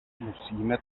musíme